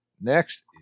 next